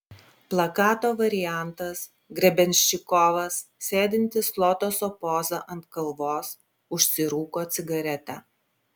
plakato variantas grebenščikovas sėdintis lotoso poza ant kalvos užsirūko cigaretę